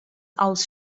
aus